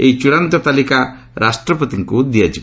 ଏହି ଚଡ଼ାନ୍ତ ତାଲିକା ରାଷ୍ଟ୍ରପତିଙ୍କୁ ଦିଆଯିବ